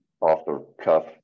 off-the-cuff